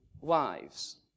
wives